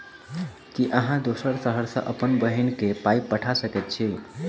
की अहाँ दोसर शहर सँ अप्पन बहिन केँ पाई पठा सकैत छी?